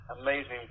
amazing